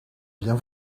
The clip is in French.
bien